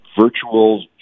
virtual